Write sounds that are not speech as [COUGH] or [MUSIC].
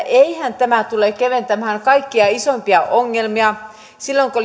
[UNINTELLIGIBLE] eihän tämä tule keventämään kaikkia isoimpia ongelmia silloin kun [UNINTELLIGIBLE]